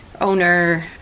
owner